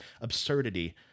absurdity